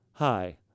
Hi